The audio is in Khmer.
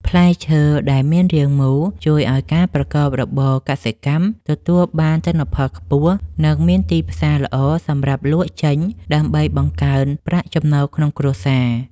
ផ្លែឈើដែលមានរាងមូលជួយឱ្យការប្រកបរបរកសិកម្មទទួលបានទិន្នផលខ្ពស់ និង មានទីផ្សារល្អសម្រាប់លក់ចេញដើម្បីបង្កើនប្រាក់ចំណូលក្នុងគ្រួសារ។